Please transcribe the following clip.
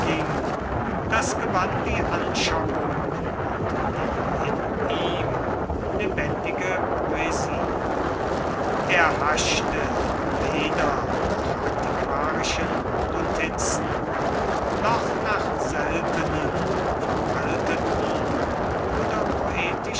das gewann die anschauung und die in ihm lebendige poesie er haschte weder nach antiquarischen notizen noch nach seltenen veralteten oder